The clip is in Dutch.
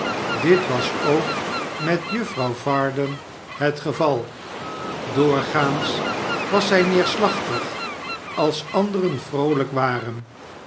dit was ook met juffrouw varden het geval doorgaans was zij neerslachtig als anderen vroolijk waren